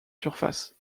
surface